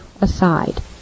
aside